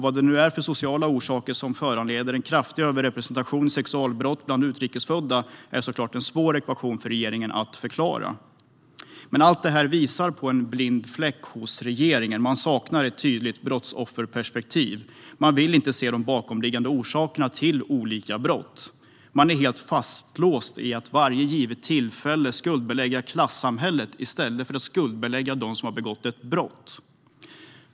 Vad det är för sociala orsaker som föranleder en kraftig överrepresentation i sexualbrott bland utrikesfödda är såklart en svår ekvation för regeringen att förklara. Men allt detta visar på en blind fläck hos regeringen. Man saknar ett tydligt brottsofferperspektiv. Man vill inte se de bakomliggande orsakerna till brott. Man är helt fastlåst vid att vid varje givet tillfälle skuldbelägga klassamhället i stället för att skuldbelägga dem som begår brott.